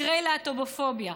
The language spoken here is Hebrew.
מקרי להט"בופוביה.